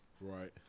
Right